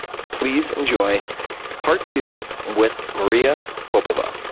please enjoy part two with maria popova.